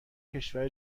کشور